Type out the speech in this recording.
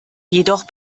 jedoch